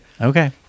Okay